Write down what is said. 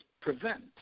prevent